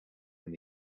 and